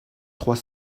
trois